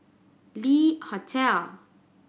Le Hotel